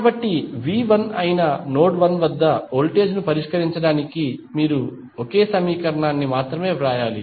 కాబట్టి V1అయిన నోడ్ 1 వద్ద వోల్టేజ్ ను పరిష్కరించడానికి మీరు ఒకే సమీకరణాన్ని మాత్రమే వ్రాయాలి